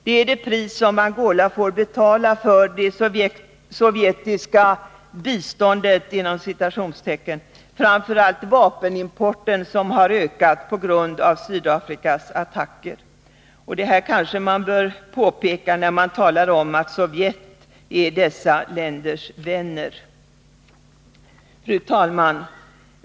Det är det pris som Angola får betala för det sovjetiska ”biståndet” , framför allt vapenimporten, som har ökat på grund av Sydafrikas attacker. Detta bör man kanske påpeka, när man talar om att Sovjet är dessa länders vänner. Fru talman!